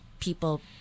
people